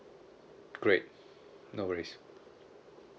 great no worries